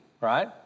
right